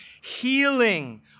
healing